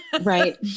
Right